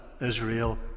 Israel